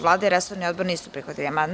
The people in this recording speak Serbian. Vlada i resorni odbor nisu prihvatili amandman.